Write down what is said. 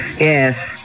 Yes